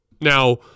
Now